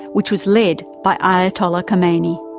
which was led by ayatollah khomeini.